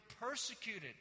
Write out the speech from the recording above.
persecuted